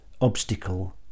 obstacle